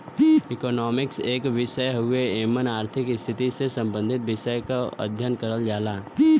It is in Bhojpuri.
इकोनॉमिक्स एक विषय हउवे एमन आर्थिक स्थिति से सम्बंधित विषय क अध्ययन करल जाला